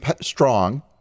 strong